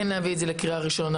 כן להביא את זה לקריאה ראשונה,